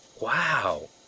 Wow